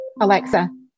Alexa